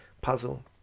puzzle